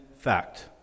fact